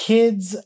Kids